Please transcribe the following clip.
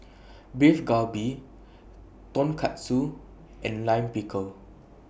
Beef Galbi Tonkatsu and Lime Pickle